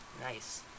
Nice